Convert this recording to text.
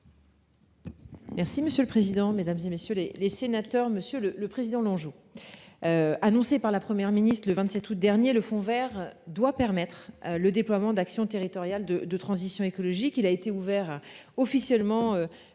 Merci monsieur le président, Mesdames, et messieurs les les sénateurs, monsieur le le président l'Anjou. Annoncée par là. Première ministre le 27 août dernier le Fonds Vert doit permettre le déploiement d'action territorial de, de transition écologique. Il a été ouvert officiellement.